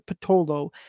Patolo